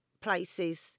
places